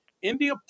India